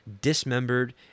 dismembered